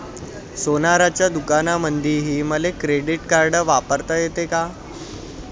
सोनाराच्या दुकानामंधीही मले क्रेडिट कार्ड वापरता येते का?